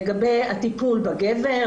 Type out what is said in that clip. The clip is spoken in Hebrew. לגבי הטיפול בגבר,